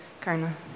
Karna